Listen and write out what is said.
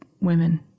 women